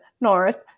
north